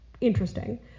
interesting